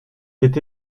fait